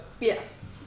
Yes